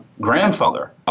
grandfather